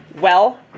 Well